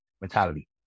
mentality